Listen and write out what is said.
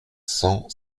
cent